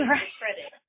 credit